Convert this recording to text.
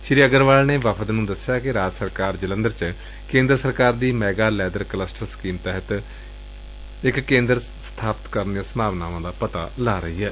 ਸ੍ਸੀ ਅੱਗਰਵਾਲ ਨੇ ਵਫ਼ਦ ਨੂੰ ਦਸਿਆ ਕਿ ਰਾਜ ਸਰਕਾਰ ਜਲੰਧਰ ਚ ਕੇਂਦਰ ਸਰਕਾਰ ਦੀ ਮੈਗਾ ਲੈਦਰ ਕਲਸਟਰ ਸਕੀਮ ਤਹਿਤ ਕੇਂਦਰ ਸਥਾਪਤ ਕਰਨ ਦੀਆਂ ਸੰਭਾਵਨਾਵਾਂ ਦਾ ਪਤਾ ਲਗਾ ਰਹੀ ਏ